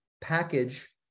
package